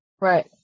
Right